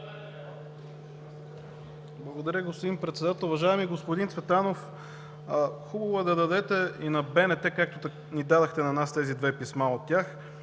Благодаря, господин Председател. Уважаеми господин Цветанов, хубаво е да дадете и на БНТ, както ни дадохте на нас тези две писма от тях,